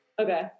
okay